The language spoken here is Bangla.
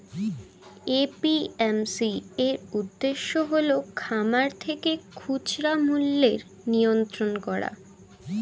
এ.পি.এম.সি এর উদ্দেশ্য হল খামার থেকে খুচরা মূল্যের নিয়ন্ত্রণ করা